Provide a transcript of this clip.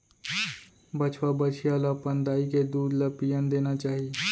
बछवा, बछिया ल अपन दाई के दूद ल पियन देना चाही